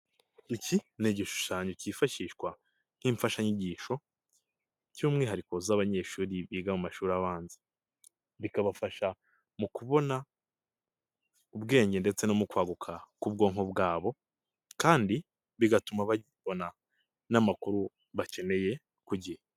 Iki ni igishushanyo cyifashishwa nk'imfashanyigisho by'umwihariko z'abanyeshuri biga mu mashuri abanza, bikabafasha mu kubona ubwenge ndetse no mu kwaguka k'ubwonko bwabo kandi bigatuma babona n'amakuru bakeneye, ku gihe.